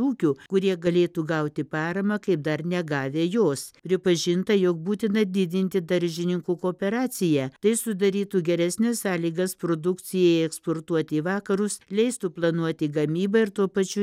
ūkių kurie galėtų gauti paramą kaip dar negavę jos pripažinta jog būtina didinti daržininkų kooperaciją tai sudarytų geresnes sąlygas produkcijai eksportuoti į vakarus leistų planuoti gamybą ir tuo pačiu